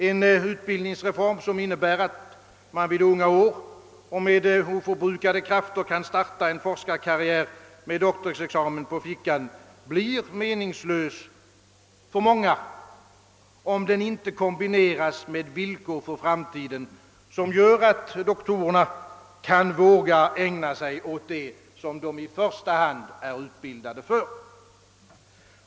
En utbildningsreform, som innebär att man vid unga år och med oförbrukade krafter kan starta en forskarkarriär med doktorsexamen på fickan, blir meningslös för många, om den inte kombineras med villkor för framtiden som gör att doktorerna kan våga ägna sig åt det som de i första hand är utbildade för.